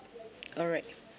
alright